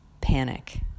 panic